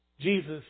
Jesus